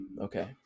Okay